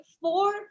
four